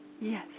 Yes